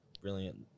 brilliant